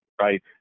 right